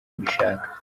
mbishaka